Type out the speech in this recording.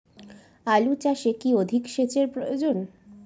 আলু চাষে কি অধিক সেচের প্রয়োজন?